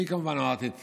אני כמובן אמרתי את